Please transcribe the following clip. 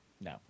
No